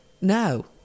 No